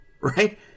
Right